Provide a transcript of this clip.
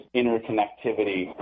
interconnectivity